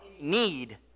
need